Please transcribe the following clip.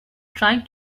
trying